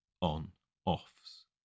on-offs